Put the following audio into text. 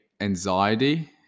anxiety